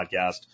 podcast